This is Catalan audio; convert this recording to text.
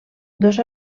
dos